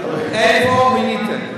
איפה הייתם?